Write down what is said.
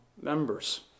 members